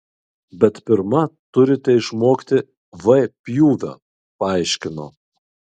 bet pirma turite išmokti v pjūvio paaiškino